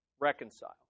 Reconcile